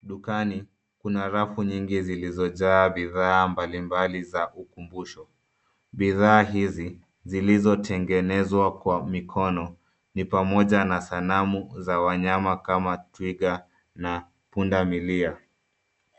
Dukani kuna rafu nyingi zilizojaa bidhaa mbalimbali za ukumbusho. Bidhaa hizi zilizotengenezwa kwa mikono ni pamoja na sanamu za wanyama kama twiga na pundamilia.